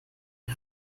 von